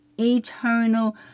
eternal